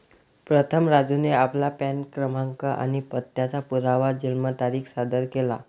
प्रथम राजूने आपला पॅन क्रमांक आणि पत्त्याचा पुरावा जन्मतारीख सादर केला